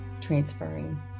transferring